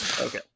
Okay